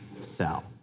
sell